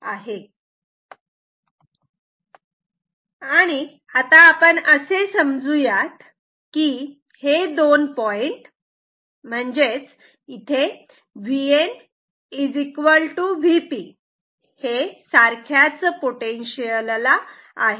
आणि आपण असे समजू यात की हे दोन पॉईंट Vn Vp या सारख्याच पोटेन्शियल ला आहेत